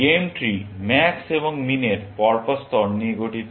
game tree max এবং মিনের পরপর স্তর নিয়ে গঠিত